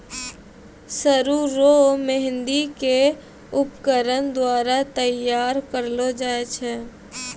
सरु रो मेंहदी के उपकरण द्वारा तैयार करलो जाय छै